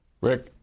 Rick